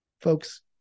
Folks